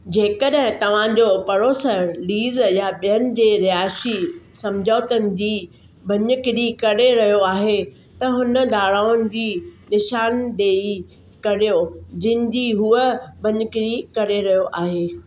जेकड॒हिं तव्हांजो पड़ोसर लीज़ या बि॒यनि जे रिहाइशी समझौतनि जी भञकिड़ी करे रहियो आहे त हुन धाराउनि जी निशानदेही करियो जिन जी हूअ भञकिड़ी करे रहियो आहे